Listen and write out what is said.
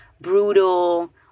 brutal